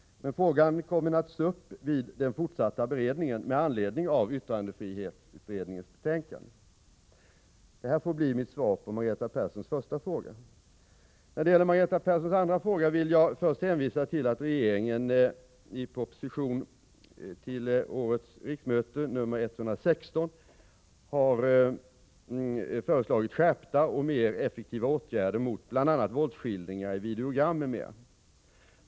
Men frågan kommer naturligtvis upp vid den fortsatta beredningen med anledning av yttrandefrihetsutredningens betänkande. Detta får bli mitt svar på Margareta Perssons första fråga. När det gäller Margareta Perssons andra fråga vill jag först hänvisa till att regeringen i proposition 1984/85:116 har föreslagit skärpta och mer effektiva åtgärder mot bl.a. våldsskildringar i videogram.